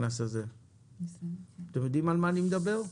אתם יודעים על מה אני מדבר?